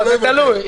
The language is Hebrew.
זה תלוי.